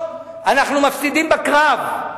אנחנו מפסידים בקרב.